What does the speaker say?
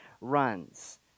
runs